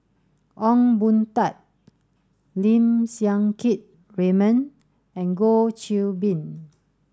Ong Boon Tat Lim Siang Keat Raymond and Goh Qiu Bin